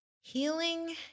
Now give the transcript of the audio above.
Healing